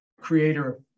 creator